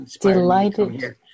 delighted